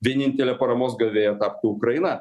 vienintelė paramos gavėja taptų ukraina